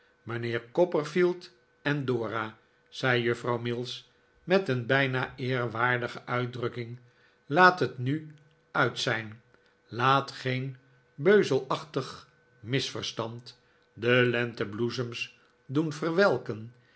mijnheer copperfield en dora zei juffrouw mills met een bijna eerwaardige uitdrukking laat t nu uit zijn laat geen beuzelachtig misverstand de lentebloesems doen verwelken